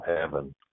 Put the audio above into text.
heaven